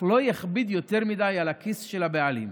לא יכביד יותר מדי על הכיס של הבעלים.